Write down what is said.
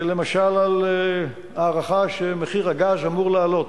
למשל את ההערכה שמחיר הגז אמור לעלות.